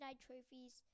trophies